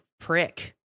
prick